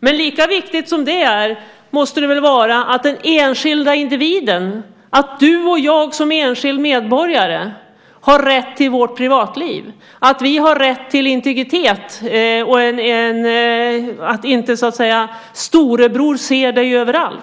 Men lika viktigt måste det vara att den enskilda individen, du och jag som enskilda medborgare, har rätt till sitt privatliv, har rätt till integritet utan att överallt ha storebror som ser dem.